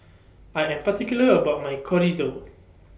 I Am particular about My Chorizo